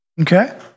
Okay